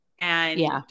and-